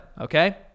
Okay